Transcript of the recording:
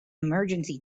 emergency